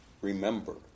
Remember